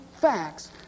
facts